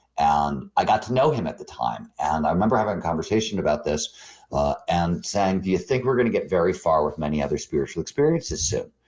and i got to know him at that time. and i remember having conversation about this and saying, do you think we're going to get very far with many other spiritual experiences soon?